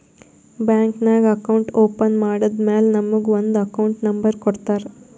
bank ನಾಗ್ account open ಮಾಡದ್ದ್ ಮ್ಯಾಲ ನಮುಗ ಒಂದ್ ಅಕೌಂಟ್ ನಂಬರ್ ಕೊಡ್ತಾರ್